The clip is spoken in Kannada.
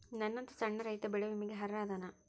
ನನ್ನಂತ ಸಣ್ಣ ರೈತಾ ಬೆಳಿ ವಿಮೆಗೆ ಅರ್ಹ ಅದನಾ?